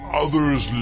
others